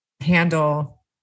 handle